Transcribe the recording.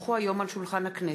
כי הונחו היום על שולחן הכנסת,